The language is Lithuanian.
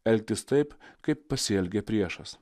elgtis taip kaip pasielgė priešas